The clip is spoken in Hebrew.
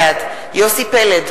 בעד יוסי פלד,